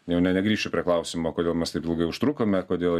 jau nebegrįšiu prie klausimo kodėl mes taip ilgai užtrukome kodėl